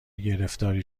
گرفتاری